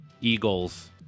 Eagles